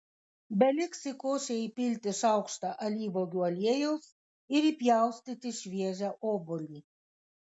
beliks į košę įpilti šaukštą alyvuogių aliejaus ir įpjaustyti šviežią obuolį